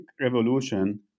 revolution